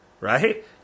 Right